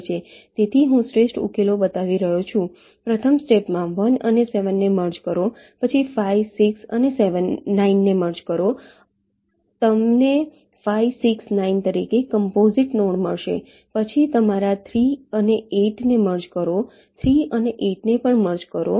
તેથી હું શ્રેષ્ઠ ઉકેલો બતાવી રહ્યો છું પ્રથમ સ્ટેપમાં 1 અને 7 ને મર્જ કરો પછી 5 6 અને 9 ને મર્જ કરો તમને 5 6 9 તરીકે કોમ્પોસીટ નોડ મળશે પછી તમારા 3 અને 8 ને મર્જ કરો 3 અને 8 ને પણ મર્જ કરો